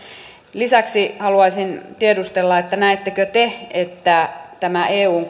lisäksi haluaisin tiedustella näettekö te että eun